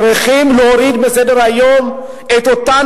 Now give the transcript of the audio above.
צריכים להוריד מסדר-היום את אותן